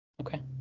Okay